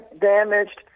damaged